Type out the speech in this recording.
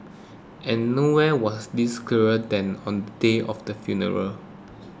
and nowhere was this clearer than on the day of the funeral